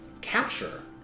capture